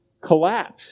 collapse